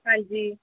ਹਾਂਜੀ